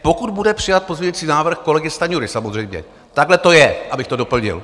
Pokud bude přijat pozměňující návrh kolegy Stanjury samozřejmě, takhle to je, abych to doplnil.